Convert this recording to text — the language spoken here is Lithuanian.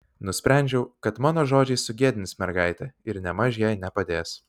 nusprendžiau kad mano žodžiai sugėdins mergaitę ir nėmaž jai nepadės